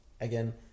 again